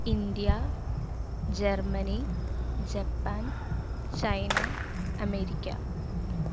India Germany Japan China America